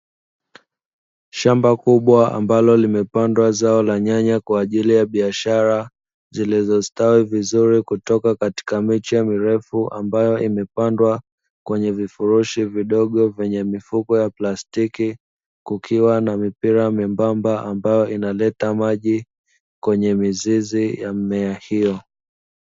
Shamba kubwa ambalo limepandwa zao la nyanya kwa ajili ya biashara, zilizostawi vizuri kutoka katika miche mirefu ambayo imepandwa kwenye vifurushi vidogo vyenye mifuko ya plastiki, kukiwa na mipira myembamba ambayo inaleta maji kwenye mizizi ya mimea hiyo.